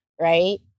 Right